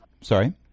Sorry